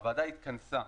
הוועדה התכנסה,